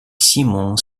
simon